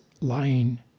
lying